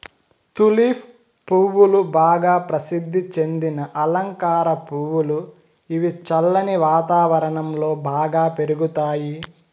tulip పువ్వులు బాగా ప్రసిద్ది చెందిన అలంకార పువ్వులు, ఇవి చల్లని వాతావరణం లో బాగా పెరుగుతాయి